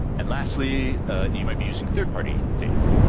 and lastly you might be using third party data.